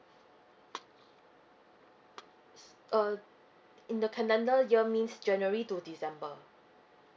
uh in the calendar year means january to december